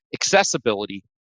accessibility